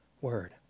word